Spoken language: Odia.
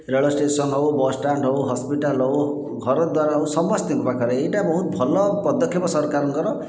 ରେଳଷ୍ଟେସନ ହେଉ ବସଷ୍ଟାଣ୍ଡ ହେଉ ହସ୍ପିଟାଲ ହେଉ ଘରଦ୍ଵାର ହେଉ ସମସ୍ତଙ୍କ ପାଖରେ ଏଇଟା ବହୁତ ଭଲ ପଦକ୍ଷେପ ସରକାରଙ୍କର